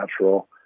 natural